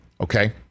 Okay